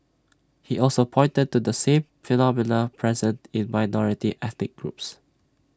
he also pointed to the same phenomena present in minority ethnic groups